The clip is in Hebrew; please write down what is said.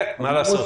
כן, מה לעשות?